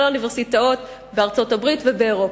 האוניברסיטאות בארצות-הברית ובאירופה.